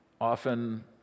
often